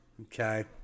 Okay